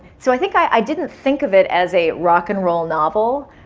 so i think i didn't think of it as a rock and roll novel.